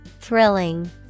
Thrilling